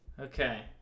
Okay